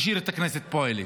והשאיר את הכנסת פועלת.